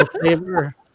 flavor